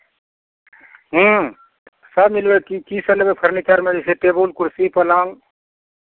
ह्म्म सभ मिलय की कीसभ लेबै फर्नीचरमे जे छै टेबुल कुर्सी पलङ्ग